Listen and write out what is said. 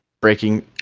breaking